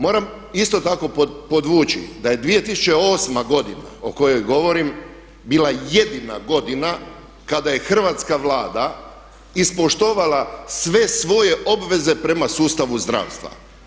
Moram isto tako podvući da je 2008. godina o kojoj govorim bila jedina godina kada je hrvatska Vlada ispoštovala sve svoje obveze prema sustavu zdravstva.